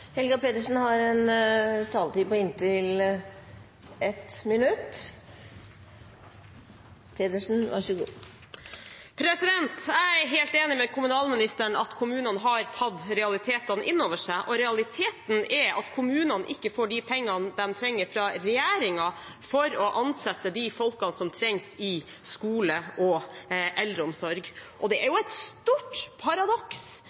Jeg er helt enig med kommunalministeren i at kommunene har tatt realitetene innover seg, og realiteten er at kommunene ikke får de pengene de trenger fra regjeringen for å ansette de folkene som trengs i skole og i eldreomsorg. Og det er jo et stort paradoks